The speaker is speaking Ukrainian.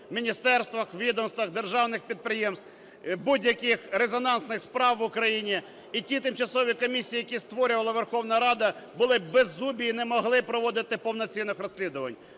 міністерствах, відомствах, державних підприємствахбудь-якіих резонансних справ в Україні. І ті тимчасові комісії, які створювала Верховна Рада, були "беззубі" і не могли проводити повноцінних розслідувань.